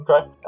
Okay